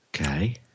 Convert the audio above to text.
Okay